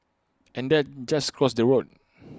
and then just cross the road